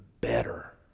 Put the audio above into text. better